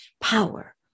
power